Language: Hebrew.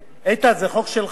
איתן, זה חוק שלך.